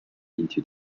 into